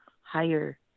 higher